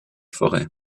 forêt